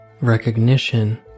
recognition